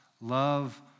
love